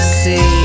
see